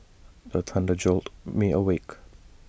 the thunder jolt me awake